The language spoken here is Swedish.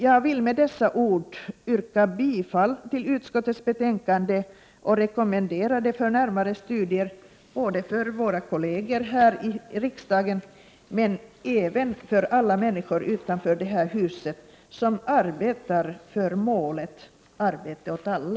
Jag vill med dessa ord yrka bifall till hemställan i utskottets betänkande och rekommendera detta för närmare studier såväl för kolleger här i riksdagen som för alla människor utanför det här huset som arbetar för målet arbete åt alla.